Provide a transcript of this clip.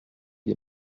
des